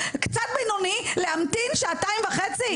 קצת בינוני להמתין שעתיים וחצי?